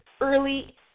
early